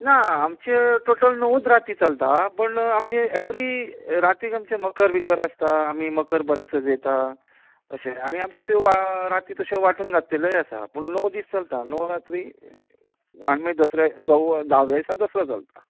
ना आमचे टोटल णवच राती चलता पूण आमची एवरी रातीक आमच्या मकर बीकर आसता आमी मकर बरें सजयतात आनी आमच्यो त्यो राती तश्यो वांटून घातलेल्योय आसा पूण णव दीस चलता णव रात्री आनी मागीर दसऱ्या णव्वो धाव्या दिसा दसरो चलता